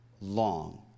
long